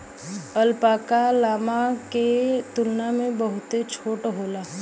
alpaca, llama के तुलना में बहुत छोट होला